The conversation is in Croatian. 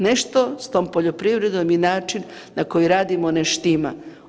Nešto s tom poljoprivrednom i način na koji radimo ne štima.